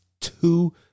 two